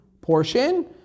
portion